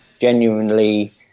genuinely